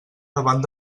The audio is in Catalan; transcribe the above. davant